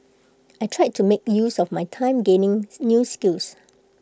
I tried to make use of my time gaining new skills